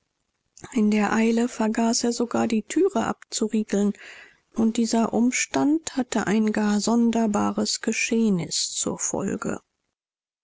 in der eile vergaß er sogar die türe abzuriegeln und dieser umstand hatte ein gar sonderbares geschehnis zur folge